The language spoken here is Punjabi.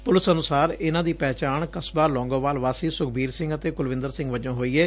ਪੁਲਿਸ ਅਨੁਸਾਰ ਇਨੁਾਂ ਦੀ ਪਹਿਚਾਣ ਕਸਬਾ ਲੌਂਗੋਵਾਲ ਵਾਸੀ ਸੁਖਬੀਰ ਸਿੰਘ ਅਤੇ ਕੁਲਵਿੰਦਰ ਸਿੰਘ ਵਜੋਂ ਹੋਈ ਏ